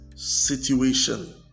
Situation